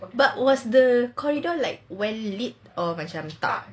but was the corridor like well lit or macam dark